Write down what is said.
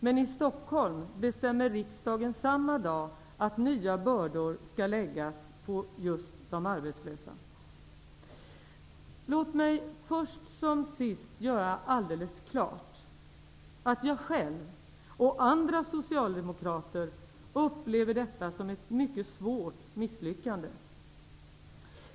Men i Stockholm bestämmer riksdagen samma dag att nya bördor skall läggas på just de arbetslösa. Låt mig först som sist göra alldeles klart att jag själv och andra socialdemokrater upplever detta som ett mycket svårt misslyckande.